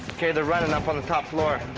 ok, they are running up on the top floor.